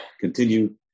continue